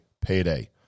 payday